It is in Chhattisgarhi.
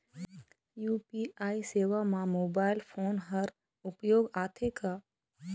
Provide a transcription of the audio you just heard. यू.पी.आई सेवा म मोबाइल फोन हर उपयोग आथे का?